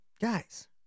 guys